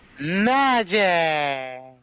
magic